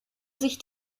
sich